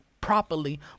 properly